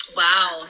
wow